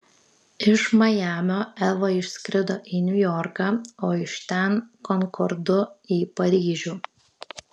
iš majamio eva išskrido į niujorką o iš ten konkordu į paryžių